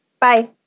Bye